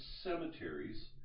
cemeteries